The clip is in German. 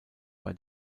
bei